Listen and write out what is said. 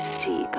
see